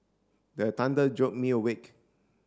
the thunder jolt me awake